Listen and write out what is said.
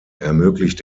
ermöglicht